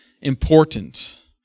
important